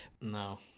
No